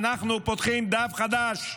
אנחנו פותחים דף חדש,